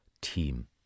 team